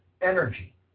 energy